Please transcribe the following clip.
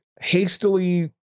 hastily